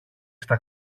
στα